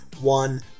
one